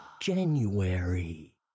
January